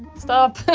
stop